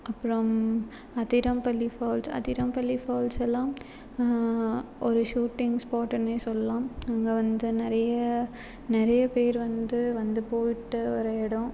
அப்புறம் Athirappilly falls Athirappilly falls எல்லாம் ஒரு ஷூட்டிங் ஸ்பாட்டுன்னே சொல்லலாம் அங்கே வந்து நிறைய நிறைய பேர் வந்து வந்து போயிட்டு வர இடம்